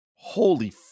Holy